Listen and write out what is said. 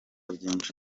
byinshi